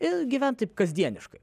ir gyvent taip kasdieniškai